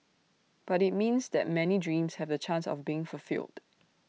but IT means that many dreams have the chance of being fulfilled